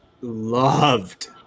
loved